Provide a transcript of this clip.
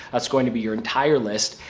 that's going to be your entire list.